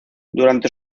durante